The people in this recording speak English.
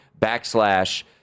backslash